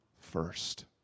first